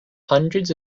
hundreds